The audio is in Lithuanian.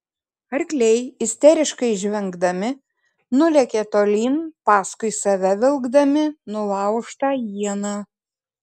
arkliai isteriškai žvengdami nulėkė tolyn paskui save vilkdami nulaužtą ieną